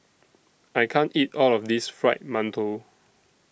I can't eat All of This Fried mantou